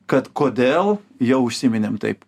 kad kodėl jau užsiminėm taip